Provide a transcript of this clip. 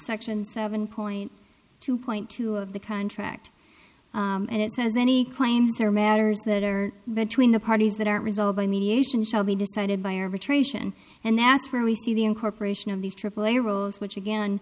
section seven point two point two of the contract and it says any claims or matters that are between the parties that aren't resolved by mediation shall be decided by arbitration and that's where we see the incorporation of these aaa rolls which again